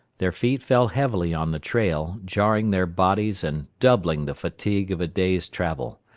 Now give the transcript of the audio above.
their feet fell heavily on the trail, jarring their bodies and doubling the fatigue of a day's travel.